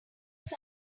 this